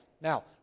Now